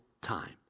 time